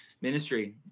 ministry